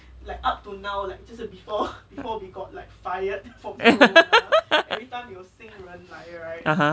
(uh huh)